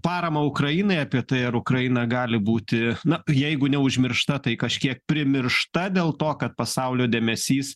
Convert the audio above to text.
paramą ukrainai apie tai ar ukraina gali būti na jeigu neužmiršta tai kažkiek primiršta dėl to kad pasaulio dėmesys